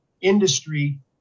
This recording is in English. industry